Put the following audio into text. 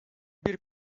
bir